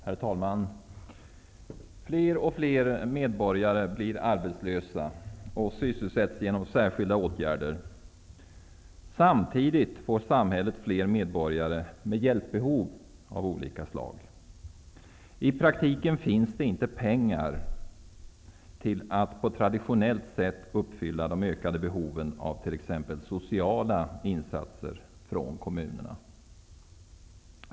Herr talman! Fler och fler medborgare blir arbetslösa och sysselsätts genom särskilda åtgärder. Samtidigt får samhället fler medborgare med hjälpbehov av olika slag. I praktiken finns det inte pengar för att på traditionellt sätt uppfylla de ökande behoven av t.ex. sociala insatser från kommunerna.